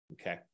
okay